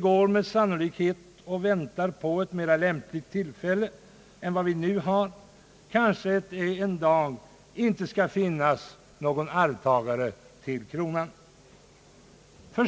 går sannolikt och väntar på ett mera lämpligt tillfälle än det vi nu har, kanske på att det en dag inte skall finnas någon arvtagare till kronan.